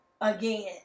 again